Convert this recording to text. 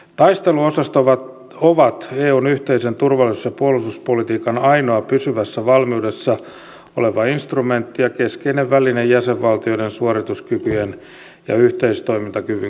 taisteluosastot ovat eun yhteisen turvallisuus ja puolustuspolitiikan ainoa pysyvässä valmiudessa oleva instrumentti ja keskeinen väline jäsenvaltioiden suorituskykyjen ja yhteistoimintakyvyn kehittämiseksi